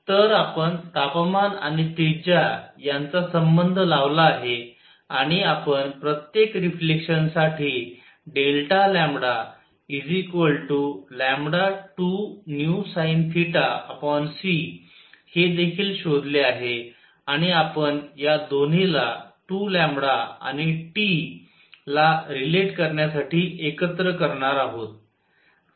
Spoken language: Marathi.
तर आपण तापमान आणि त्रिज्या यांचा संबंध लावला आहे आणि आपण प्रत्येक रिफ्लेक्शन साठी 2vsinθcहे देखील शोधले आहे आणि आपण या दोन्ही ला 2 आणि T ला रिलेट करण्यासाठी एकत्र करणार आहोत